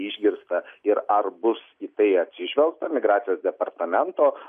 išgirsta ir ar bus į tai atsižvelgta migracijos departamento